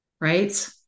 right